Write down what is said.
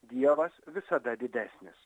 dievas visada didesnis